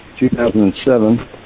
2007